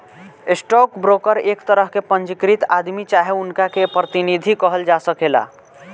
stock broker एक तरह के पंजीकृत आदमी चाहे उनका के प्रतिनिधि कहल जा सकेला